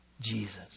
Jesus